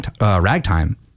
ragtime